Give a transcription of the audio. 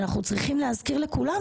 אנחנו צריכים להזכיר לכולנו,